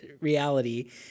reality